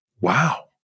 Wow